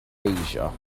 asia